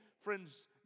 Friends